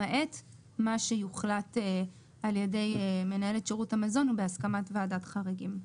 למעט מה שיוחלט על ידי מנהלת רשות המזון בהסכמת ועדת חריגים.